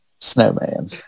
snowman